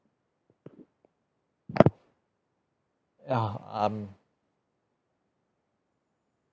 ya um